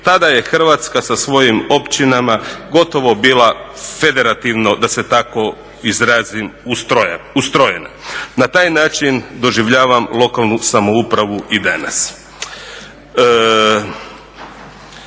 Tada je Hrvatska sa svojim općinama gotovo bila federativno, da se tako izrazim ustrojena. Na taj način doživljavam lokalnu samoupravu i danas.